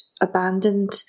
abandoned